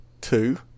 Two